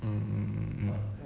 mm mm mm mm